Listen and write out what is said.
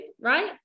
right